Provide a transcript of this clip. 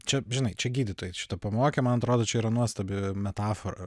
čia žinai čia gydytojai šitą pamokė man atrodo čia yra nuostabi metafora